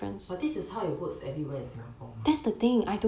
but this is how it works everywhere in singapore mah